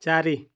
ଚାରି